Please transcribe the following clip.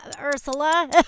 Ursula